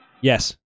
Yes